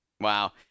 Wow